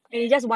can